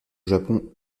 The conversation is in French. japon